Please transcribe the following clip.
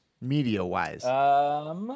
media-wise